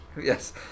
Yes